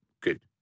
good